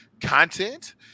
content